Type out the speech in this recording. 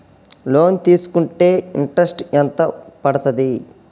Loan తీస్కుంటే interest ఎంత పడ్తది?